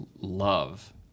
love